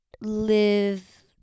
live